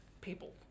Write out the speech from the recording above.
people